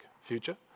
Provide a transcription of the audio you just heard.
future